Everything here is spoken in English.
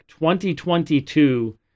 2022